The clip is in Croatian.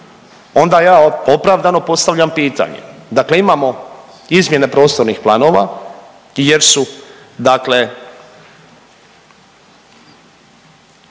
onda ja opravdano postavljam pitanje, dakle imamo izmjene prostornih planova jer su dakle